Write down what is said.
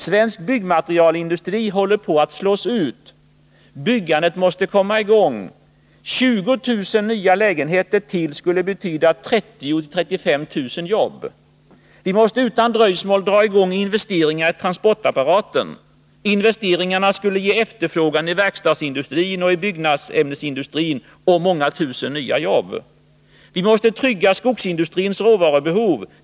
Svensk byggmaterialindustri håller på att slås ut. Byggandet måste komma i gång. 20 000 nya lägenheter till skulle betyda 30 000-35 000 jobb. Vi måste utan dröjsmål dra i gång investeringar i transportapparaten. Investeringarna skulle ge efterfrågan i verkstadsindustrin och i byggnadsämnesindustrin och skapa många tusen nya jobb. Vi måste trygga skogsindustrins råvarubehov.